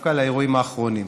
דווקא על האירועים האחרונים.